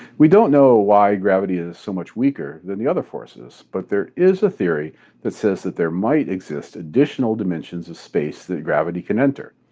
we don't know why gravity is so much weaker than the other forces, but there is a theory that says that there might exist additional dimensions of space that gravity can enter,